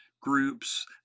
groups